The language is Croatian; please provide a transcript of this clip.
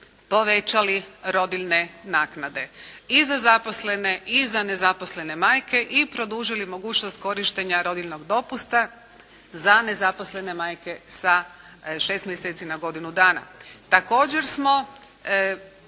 povećali rodiljne naknade i za zaposlene i za nezaposlene majke i produžili mogućnost korištenja rodiljnog dopusta za nezaposlene majke sa šest mjeseci na godinu dana. Također smo